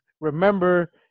Remember